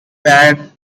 band